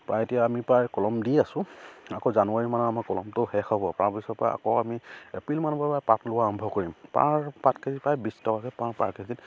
প্ৰায় এতিয়া আমি প্ৰায় কলম দি আছোঁ আকৌ জানুৱাৰী মানত আমাৰ কলমটো শেষ হ'ব তাৰ পিছৰ পৰা আকৌ আমি এপ্ৰিল মাহৰ পৰাই পাত লোৱা আৰম্ভ কৰিম পাৰ পাট কেজি প্ৰায় বিছ টকাকৈ পাওঁ পাৰ কেজিত